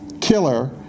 Killer